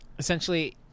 essentially